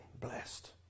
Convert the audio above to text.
blessed